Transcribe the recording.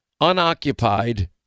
unoccupied